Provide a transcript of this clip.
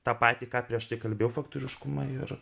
tą patį ką prieš tai kalbėjau faktoriškumą ir